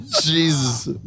Jesus